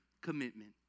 commitment